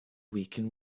weaken